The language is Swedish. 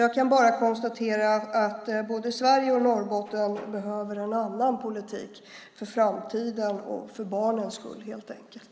Jag kan bara konstatera att både Sverige och Norrbotten behöver en annan politik för framtiden och för barnens skull, helt enkelt.